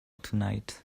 tonight